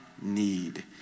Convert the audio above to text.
need